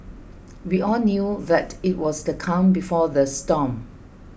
we all knew that it was the calm before the storm